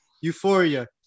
euphoria